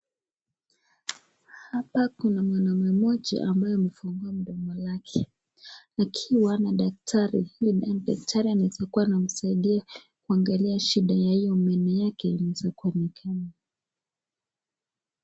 Hapa kuna mwanaume mmoja ambalo amefungua mdomo lake, akiwa na daktari, daktari anaweza kuwa anamsaidia kuangalia shida ya hiyo meno yake inaweza kuwa ni gani.